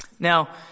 Now